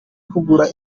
kugura